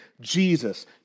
Jesus